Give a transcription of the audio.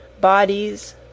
Bodies